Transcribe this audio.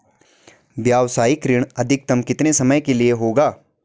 व्यावसायिक ऋण अधिकतम कितने समय के लिए होगा?